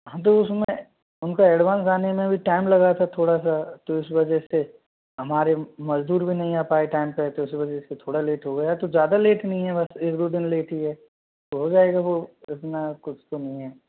हाँ तो उसमें उनका एडवांस आने में भी टाइम लगा था थोड़ा सा तो इस वजह से हमारे मजदूर भी नहीं आ पाए टाइम पे तो इस वजह से थोड़ा लेट हो गया तो ज़्यादा लेट नहीं है बस एक दो दिन लेट ही है तो हो जाएगा वो इतना कुछ तो नहीं है